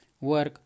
Work